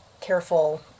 careful